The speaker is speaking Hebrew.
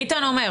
ביטן אומר.